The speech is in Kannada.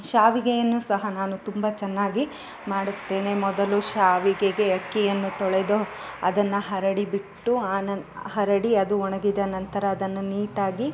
ಶಾವಿಗೆಯನ್ನು ಸಹ ನಾನು ತುಂಬ ಚೆನ್ನಾಗಿ ಮಾಡುತ್ತೇನೆ ಮೊದಲು ಶಾವಿಗೆಗೆ ಅಕ್ಕಿಯನ್ನು ತೊಳೆದು ಅದನ್ನು ಹರಡಿ ಬಿಟ್ಟು ಆನಂ ಹರಡಿ ಅದು ಒಣಗಿದ ನಂತರ ಅದನ್ನು ನೀಟಾಗಿ